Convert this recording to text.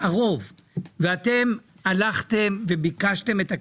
כשהלכתם וביקשתם,